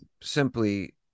simply